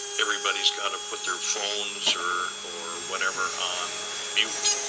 everybody's got to put their phones or or whatever on mute,